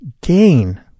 gain